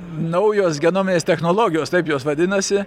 naujos genominės technologijos taip jos vadinasi